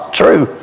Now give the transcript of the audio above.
true